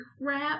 wrap